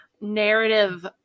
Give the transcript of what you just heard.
narrative